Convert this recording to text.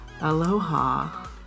aloha